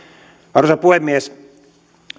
arvoisa puhemies